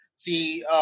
See